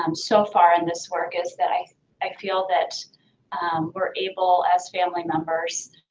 um so far in this work is that i i feel that we're able, as family members,